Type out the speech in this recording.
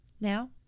Now